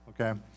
okay